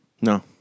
No